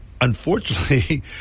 unfortunately